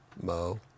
Mo